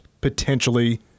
potentially